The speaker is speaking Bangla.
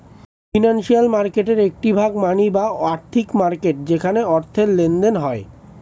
ফিনান্সিয়াল মার্কেটের একটি ভাগ মানি বা আর্থিক মার্কেট যেখানে অর্থের লেনদেন হয়